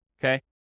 okay